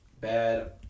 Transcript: bad